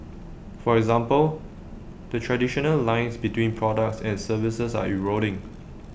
for example the traditional lines between products and services are eroding